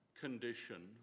condition